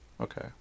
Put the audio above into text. Okay